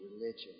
religion